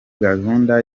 gahunda